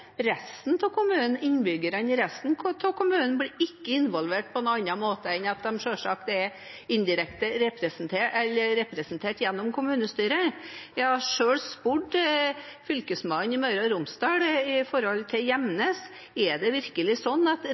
Innbyggerne i resten av kommunen blir ikke involvert på noen annen måte enn at de selvsagt er representert gjennom kommunestyret. Jeg har selv spurt Fylkesmannen i Møre og Romsdal når det gjelder Gjemnes, om det virkelig er sånn at